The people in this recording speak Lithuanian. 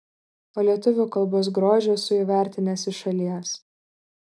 o lietuvių kalbos grožį esu įvertinęs iš šalies